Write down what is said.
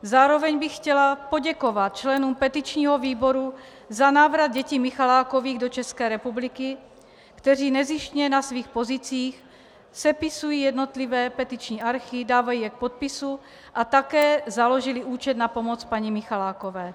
Zároveň bych chtěla poděkovat členům petičního výboru za návrat dětí Michalákových do České republiky, kteří nezištně na svých pozicích sepisují jednotlivé petiční archy, dávají je k podpisu a také založili účet na pomoc paní Michalákové.